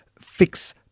fix